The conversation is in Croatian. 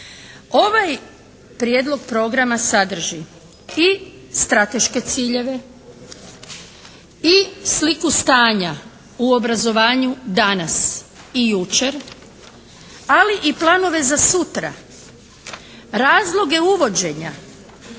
Ovaj Prijedlog programa sadrži i strateške ciljeve i sliku stanja u obrazovanju danas i jučer. Ali i planove za sutra. Razloge uvođenja. Ovaj